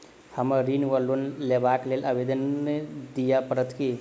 हमरा ऋण वा लोन लेबाक लेल आवेदन दिय पड़त की?